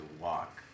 walk